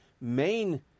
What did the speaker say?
main